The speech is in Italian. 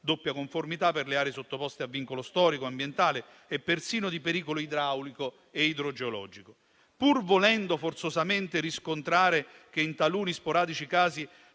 doppia conformità per le aree sottoposte a vincolo storico, ambientale e persino di pericolo idraulico e idrogeologico. Pur volendo forzosamente riscontrare che in taluni sporadici casi